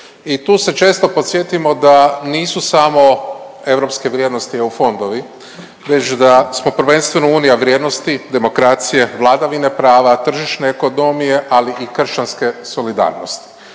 i tu se često podsjetimo da nisu samo europske vrijednosti EU fondovi već da smo prvenstvo Unija vrijednosti, demokracije, vladavine prava, tržišne ekonomije, ali i kršćanske solidarnosti